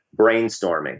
brainstorming